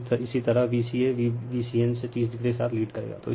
और इसी तरह Vca Vcn से 30o के साथ लीड करेगा